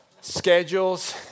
Schedules